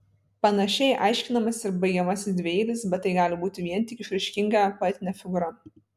panašiai aiškinamas ir baigiamasis dvieilis bet tai gali būti vien tik išraiškinga poetinė figūra